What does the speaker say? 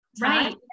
Right